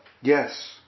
yes